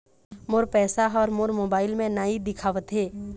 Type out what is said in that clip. मोर पैसा ह मोर मोबाइल में नाई दिखावथे